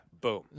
Boom